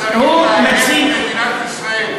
מישהו צריך להגן על מדינת ישראל.